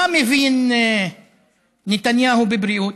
מה מבין נתניהו בבריאות?